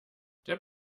der